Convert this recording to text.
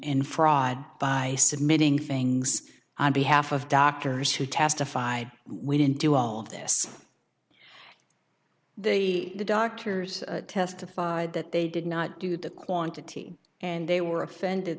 and fraud by submitting things on behalf of doctors who testified we didn't do all of this the doctors testified that they did not do the quantity and they were offended